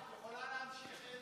את יכולה להמשיך.